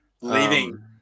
leaving